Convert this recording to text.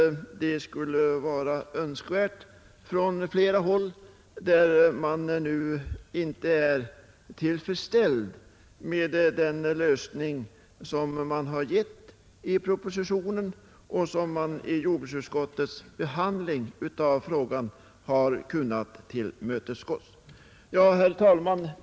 Det tror jag vore ett önskemål från flera håll där man nu inte är tillfredsställd med den lösning som anges i propositionen och som jordbruksutskottet i sin behandling av frågan har kunnat tillmötesgå. Herr talman!